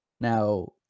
Now